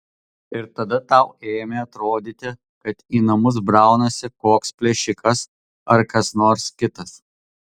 ir tada tau ėmė atrodyti kad į namus braunasi koks plėšikas ar kas nors kitas